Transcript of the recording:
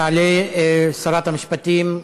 תעלה שרת המשפטים,